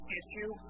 issue